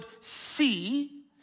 see